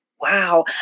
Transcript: Wow